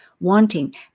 wanting